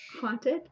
haunted